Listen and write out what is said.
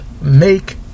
make